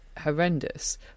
horrendous